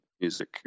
music